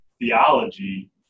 theology